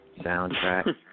soundtrack